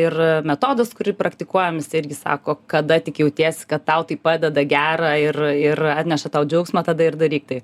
ir metodas kurį praktikuojam irgi sako kada tik jautiesi kad tau tai padeda gera ir ir atneša tau džiaugsmą tada ir daryk tai